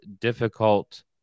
difficult